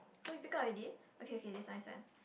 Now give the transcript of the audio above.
oh you pick up already okay okay this one this one